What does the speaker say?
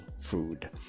Food